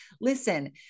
listen